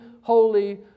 holy